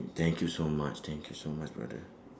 thank you so much thank you so much brother